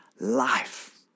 life